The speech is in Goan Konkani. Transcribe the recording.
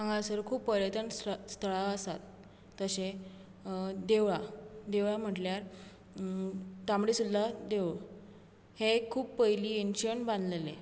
हांगासर खूब पर्यटन स्थळां आसात जशें देवळां देवळां म्हटल्यार तांबडी सुर्ला देवूळ हें खूब पयलीं एन्शंट बांदलेलें